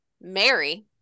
Mary